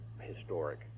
historic